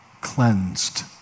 cleansed